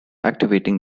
activating